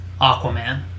Aquaman